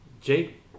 Jake